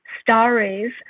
stories